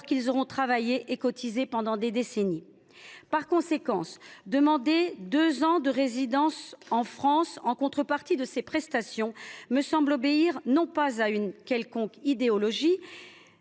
qu’ils auront travaillé et cotisé pendant des décennies. Par conséquent, demander deux ans de résidence en France en contrepartie de ces prestations ne me paraît pas obéir à une quelconque idéologie